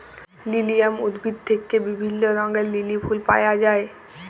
lilium উদ্ভিদ থেক্যে বিভিল্য রঙের লিলি ফুল পায়া যায়